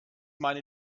meine